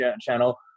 channel